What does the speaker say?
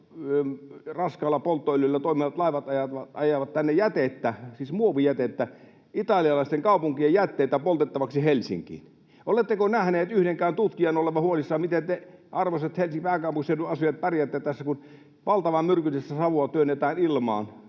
raskaalla polttoöljyllä toimivat laivat ajavat tänne muovijätettä, italialaisten kaupunkien jätteitä, poltettavaksi Helsinkiin. Oletteko nähneet yhdenkään tutkijan olevan huolissaan, miten te, arvoisat pääkaupunkiseudun asukkaat, pärjäätte tässä, kun valtavan myrkyllistä savua työnnetään ilmaan?